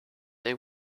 they